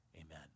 amen